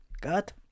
God